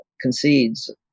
concedes